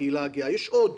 יש עוד.